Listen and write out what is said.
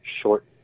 short